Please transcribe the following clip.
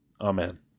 Amen